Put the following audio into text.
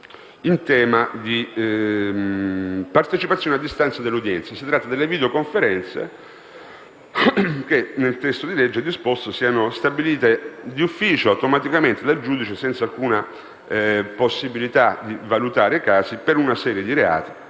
in tema di partecipazione a distanza all'udienza. Si tratta delle videoconferenze che, nel testo di legge disposto, sono stabilite di ufficio, automaticamente dal giudice senza alcuna possibilità di valutare casi per una serie di reati.